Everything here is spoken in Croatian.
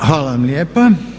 Hvala vam lijepa.